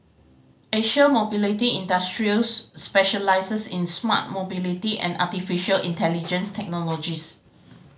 Asia Mobility Industries specialises in smart mobility and artificial intelligence technologies